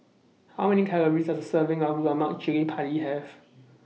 How Many Calories Does A Serving of Lemak Cili Padi Have